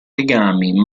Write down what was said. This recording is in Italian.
legami